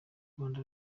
rwanda